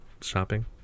shopping